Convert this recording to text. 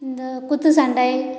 இந்த குத்து சண்டை